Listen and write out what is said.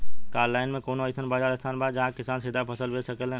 का आनलाइन मे कौनो अइसन बाजार स्थान बा जहाँ किसान सीधा फसल बेच सकेलन?